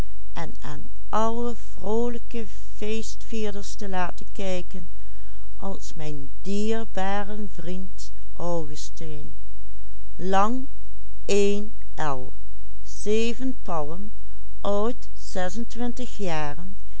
feestvierders te laten kijken als mijn dierbaren vriend augustijn lang één el zeven palm oud zes-en-twintig jaren